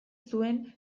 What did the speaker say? zuen